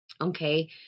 Okay